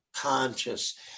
conscious